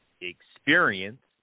experience